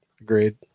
Agreed